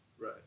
right